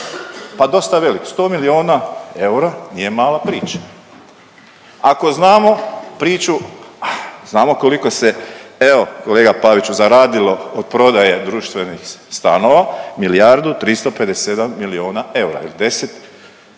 Pa dosta velik, 100 milijuna eura nije mala priča. Ako znamo priču, znamo koliko se evo kolega Paviću zaradilo od prodaje društvenih stanova milijardu 357 miliona eura il 10 milijardi